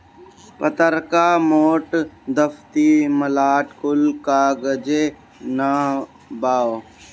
पतर्का, मोट, दफ्ती, मलाट कुल कागजे नअ बाअ